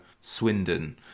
swindon